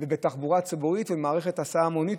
תחבורה ציבורית ומערכת הסעה המונית,